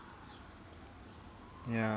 ya